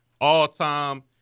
all-time